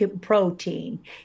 protein